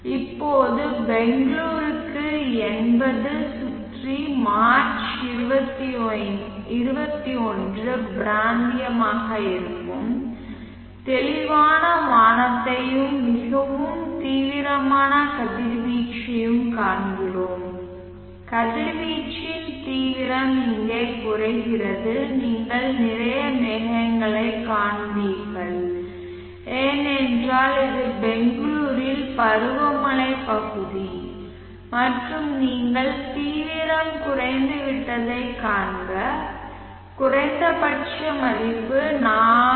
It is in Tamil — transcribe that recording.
இப்போது பெங்களூருக்கு 80 சுற்றி மார்ச் 21 பிராந்தியமாக இருக்கும் தெளிவான வானத்தையும் மிகவும் தீவிரமான கதிர்வீச்சையும் காண்கிறோம் கதிர்வீச்சின் தீவிரம் இங்கே குறைகிறது நீங்கள் நிறைய மேகங்களைக் காண்பீர்கள் ஏனென்றால் இது பெங்களூரில் பருவமழை பகுதி மற்றும் நீங்கள் தீவிரம் குறைந்துவிட்டதைக் காண்க குறைந்தபட்ச மதிப்பு 4